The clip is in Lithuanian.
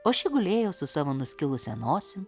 o ši gulėjo su savo nuskilusia nosim